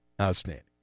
Outstanding